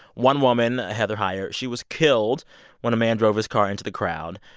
one woman, heather heyer, she was killed when a man drove his car into the crowd.